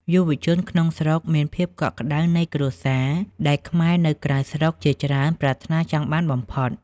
យុវជនក្នុងស្រុកមាន "ភាពកក់ក្តៅនៃគ្រួសារ" ដែលខ្មែរនៅក្រៅស្រុកជាច្រើនប្រាថ្នាចង់បានបំផុត។